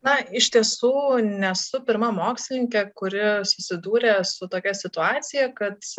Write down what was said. na iš tiesų nesu pirma mokslininkė kuri susidūrė su tokia situacija kad